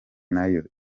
nayo